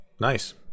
Nice